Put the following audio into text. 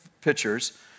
Pictures